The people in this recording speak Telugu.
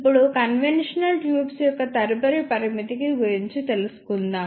ఇప్పుడు కన్వెన్షనల్ ట్యూబ్స్ యొక్క తదుపరి పరిమితికి గురించి తెలుసుకుందాం